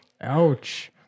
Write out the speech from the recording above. Ouch